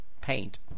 paint